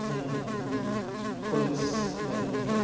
जाहैदों आंनि college life निफ्राय